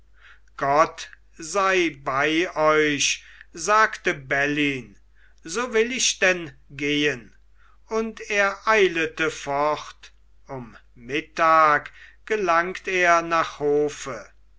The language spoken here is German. gott sei bei euch sagte bellyn so will ich denn gehen und er eilete fort um mittag gelangt er nach hofe